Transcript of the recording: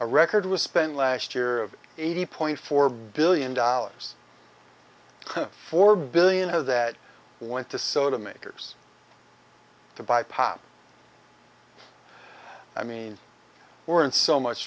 a record was spent last year of eighty point four billion dollars four billion of that went to soda makers to buy pop i mean we're in so much